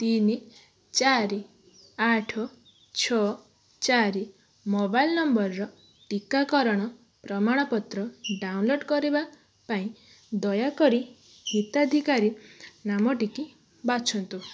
ତିନି ଚାରି ଆଠ ଛଅ ଚାରି ମୋବାଇଲ୍ ନମ୍ବର୍ର ଟିକାକରଣ ପ୍ରମାଣପତ୍ର ଡାଉନଲୋଡ଼୍ କରିବା ପାଇଁ ଦୟାକରି ହିତାଧିକାରୀ ନାମଟିକି ବାଛନ୍ତୁ